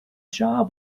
jaw